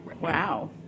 Wow